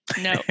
No